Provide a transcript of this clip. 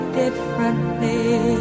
differently